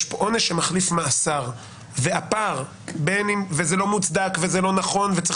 יש כאן עונש שמחליף מאסר וזה לא מוצדק וזה לא נכון וצריך